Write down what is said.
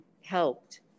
helped